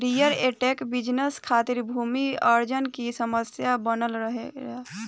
real estate business खातिर भूमि अर्जन की समस्या बनल रहेला